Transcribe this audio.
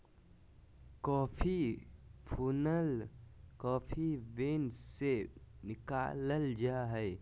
coffee भुनल coffee beans से निकालल जा हइ